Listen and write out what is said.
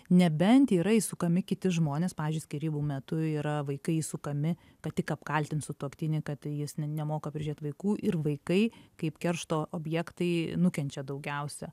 nebent yra įsukami kiti žmonės pavyzdžiui skyrybų metu yra vaikai įsukami kad tik apkaltint sutuoktinį kad jis nemoka prižiūrėt vaikų ir vaikai kaip keršto objektai nukenčia daugiausia